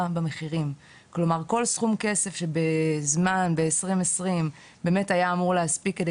במחירים כלומר כל סכום כסף שבזמן 2020 באמת היה אמור להספיק כדי